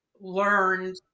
learned